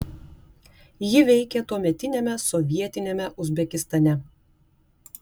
ji veikė tuometiniame sovietiniame uzbekistane